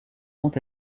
sont